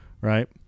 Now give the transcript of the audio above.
right